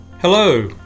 Hello